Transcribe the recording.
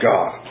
God